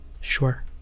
Sure